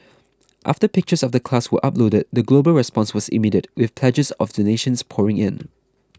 after pictures of the class were uploaded the global response was immediate with pledges of donations pouring in